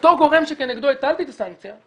אותו גורם שכנגדו הטלתי את הסנקציה,